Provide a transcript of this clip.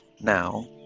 now